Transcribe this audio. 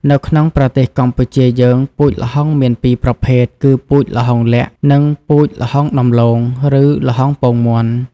នៅក្នុងប្រទេសកម្ពុជាយើង ពូជល្ហុងមានពីរប្រភេទគឺពូជល្ហុងលក្ខ័ និង ពូជល្ហុងដំឡូង ឬ ល្ហុងពងមាន់។